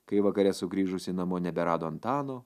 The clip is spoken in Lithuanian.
kai vakare sugrįžusi namo neberado antano